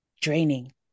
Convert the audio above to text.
draining